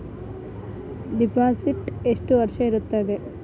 Deposit ಎಷ್ಟು ವರ್ಷ ಇರುತ್ತದೆ?